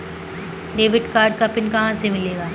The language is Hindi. डेबिट कार्ड का पिन कहां से मिलेगा?